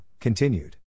continued